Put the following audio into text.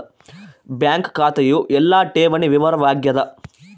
bank ಖಾತೆಯು ಎಲ್ಲ ಠೇವಣಿ ವಿವರ ವಾಗ್ಯಾದ